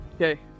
Okay